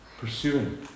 pursuing